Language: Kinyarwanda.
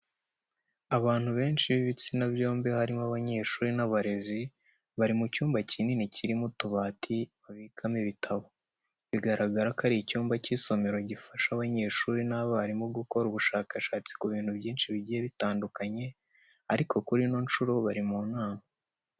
Abantu benshi b'ibitsina byombi harimo abanyeshuri n'abarezi, bari mu cyumba kinini kirimo utubati babikamo ibitabo. Bigaragara ko ari icyumba cy'isomero gifasha abanyeshuri n'abarimu gukora ubushakashatsi ku bintu byinshi bigiye bitandukanye, ariko kuri ino nshuro bari mu nama.